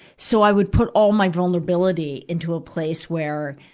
so, i would put all my vulnerability into a place where,